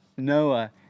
Noah